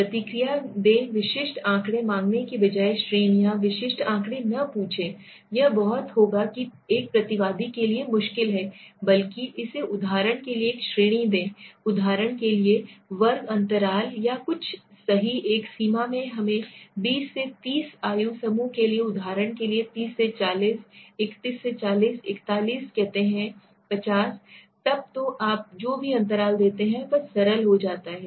प्रतिक्रिया दें विशिष्ट आंकड़े मांगने के बजाय श्रेणियां विशिष्ट आंकड़े न पूछें यह बहुत होगा एक प्रतिवादी के लिए मुश्किल है बल्कि इसे उदाहरण के लिए एक श्रेणी दें उदाहरण के लिए वर्ग अंतराल या कुछ सही एक सीमा में हमें 20 से 30 आयु समूह के लिए उदाहरण के लिए 30 से 40 31 से 40 41 कहते है 50 तक तो आप जो भी अंतराल देते हैं वह सरल हो जाता है